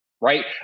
right